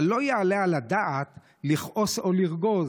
אבל לא יעלה על הדעת לכעוס או לרגוז,